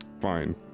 Fine